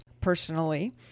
personally